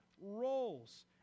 roles